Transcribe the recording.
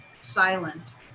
silent